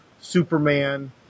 Superman